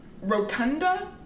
Rotunda